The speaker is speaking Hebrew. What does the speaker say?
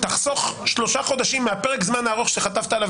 תחסוך שלושה חודשים מפרק הזמן הארוך שחטפת עליו